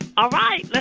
and all right, but